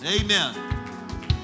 Amen